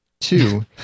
Two